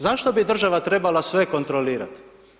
Zašto bi država trebala sve kontrolirati?